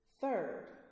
Third